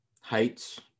Heights